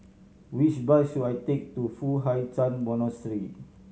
which bus should I take to Foo Hai Ch'an Monastery